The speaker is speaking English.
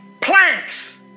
planks